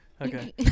okay